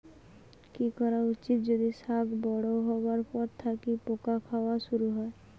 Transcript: কি করা উচিৎ যদি শাক বড়ো হবার পর থাকি পোকা খাওয়া শুরু হয়?